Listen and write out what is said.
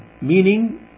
meaning